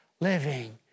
living